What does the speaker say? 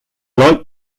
light